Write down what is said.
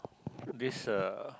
could this uh